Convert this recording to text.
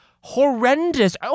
horrendous